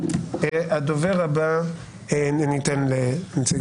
הייתי אתמול, הייתי שלשום ונרשמתי.